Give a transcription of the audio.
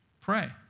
pray